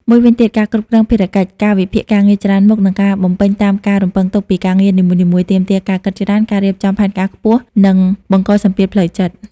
មួយវិញទៀតការគ្រប់គ្រងភារកិច្ច កាលវិភាគការងារច្រើនមុខ និងការបំពេញតាមការរំពឹងទុកពីការងារនីមួយៗ ទាមទារការគិតច្រើន ការរៀបចំផែនការខ្ពស់ និងបង្កសម្ពាធផ្លូវចិត្ត។